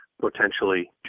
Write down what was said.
potentially